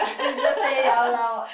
did you just say it out loud